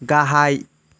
गाहाय